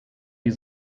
die